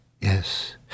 yes